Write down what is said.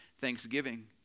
thanksgiving